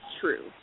true